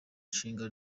nshinga